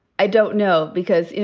i don't know, because, you